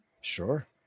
Sure